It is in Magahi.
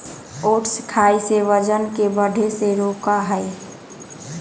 ओट्स खाई से वजन के बढ़े से रोका हई